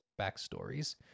backstories